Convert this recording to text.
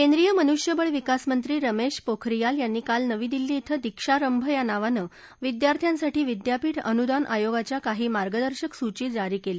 केंद्रीय मनुष्यवळ विकास मंत्री रमेश पोखरियाल यांनी काल नवी दिल्ली इथं दिक्षारंभ या नावानं विद्यार्थ्यांसाठी विद्यापीठ अनुदान आयोगाच्या काही मार्गदर्शक सूची जारी केल्या